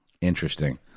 Interesting